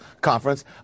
conference